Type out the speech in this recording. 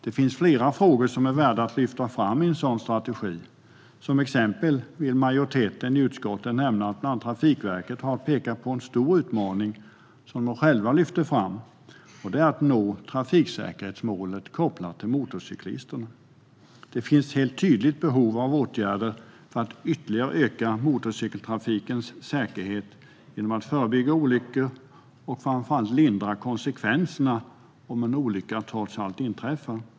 Det finns flera frågor som är värda att lyfta fram i en sådan strategi. Som exempel vill majoriteten i utskottet nämna att bland annat Trafikverket har pekat på en stor utmaning som de själva lyfter fram. Det är att nå trafiksäkerhetsmålet kopplat till motorcyklisterna. Det finns helt tydligt ett behov av åtgärder för att ytterligare öka motorcykeltrafikens säkerhet genom att förebygga olyckor och framför allt lindra konsekvenserna om en olycka trots allt inträffar.